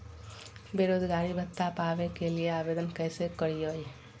बेरोजगारी भत्ता पावे के लिए आवेदन कैसे करियय?